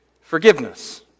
Forgiveness